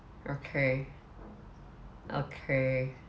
okay okay